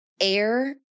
air